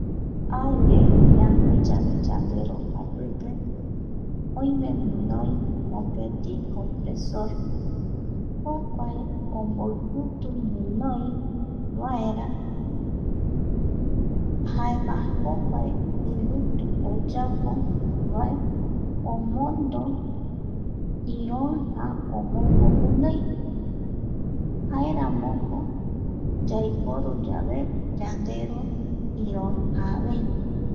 Aire ñanoiyave yandero japipe oime guinoi mopeti compresor, jokua omboivitu guinoivaera. jaema jokua ivitu oyapovae ,omondo iroijava omombo guinoi, jaeramoko yaiporu yave yandero iroi javei.